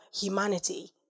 humanity